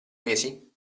mesi